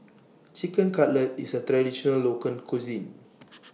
Chicken Cutlet IS A Traditional Local Cuisine